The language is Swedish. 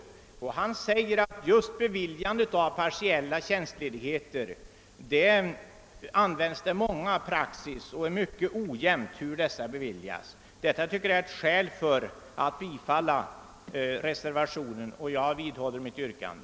Han säger att just vid beviljandet av partiella tjänstledigheter tillämpas praxis på många sätt. Beviljandet av dessa sker mycket ojämnt. Detta är ett skäl att bifalla reservationen, och jag vidhåller därför mitt yrkande.